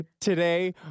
today